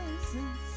presence